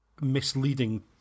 misleading